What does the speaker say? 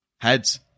Heads